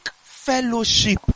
fellowship